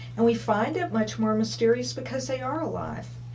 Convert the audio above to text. and we find it much more mysterious because they are alive,